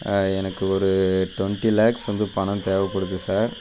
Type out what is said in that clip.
எனக்கு ஒரு டொண்ட்டி லேக்ஸ் வந்து பணம் தேவைப்படுது சார்